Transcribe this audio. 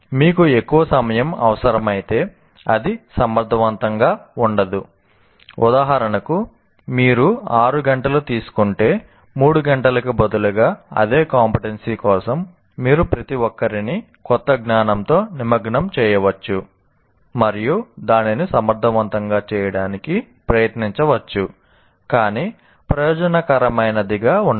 మీకు ఎక్కువ సమయం అవసరమైతే అది సమర్థవంతంగా ఉండదు ఉదాహరణకు మీరు 6 గంటలు తీసుకుంటే 3 గంటలకు బదులుగా అదే కంపెటెన్సీ కోసం మీరు ప్రతి ఒక్కరినీ కొత్త జ్ఞానంతో నిమగ్నం చేయవచ్చు మరియు దానిని సమర్థవంతంగా చేయడానికి ప్రయత్నించవచ్చు కానీ ప్రయోజనకరమైనదిగా ఉండదు